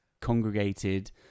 congregated